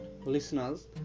listeners